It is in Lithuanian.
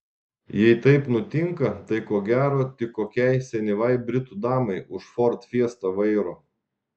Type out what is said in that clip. jei taip nutinka tai ko gero tik kokiai senyvai britų damai už ford fiesta vairo